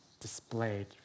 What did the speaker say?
displayed